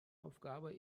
aufgabe